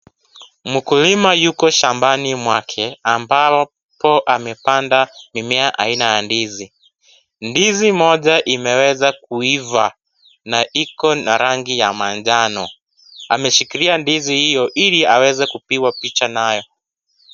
Mkulima Yuko shambani mwake ambapo amepanda mimea aina ya ndizi. Ndizi moja imeweza kuiva na iko na rangi ya manjano. Ameshikilia ndizi hiyo Ili aweze kupigiwa picha nayo.